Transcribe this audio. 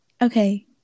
Okay